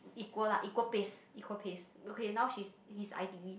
equal lah equal pace equal pace okay now she's she is I_T_E